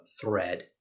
thread